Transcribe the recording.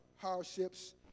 hardships